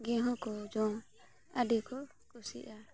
ᱜᱮᱦᱚᱸ ᱠᱚ ᱡᱚᱢ ᱟᱹᱰᱤ ᱠᱚ ᱠᱩᱥᱤᱭᱟᱜᱼᱟ